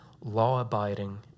law-abiding